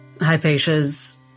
Hypatia's